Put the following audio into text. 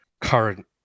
current